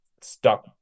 stuck